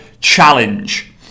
challenge